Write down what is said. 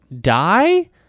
die